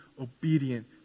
obedient